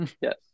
Yes